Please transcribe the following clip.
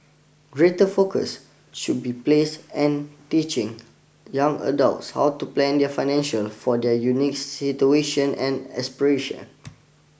greater focus should be placed and teaching young adults how to plan their financial for their unique situation and aspiration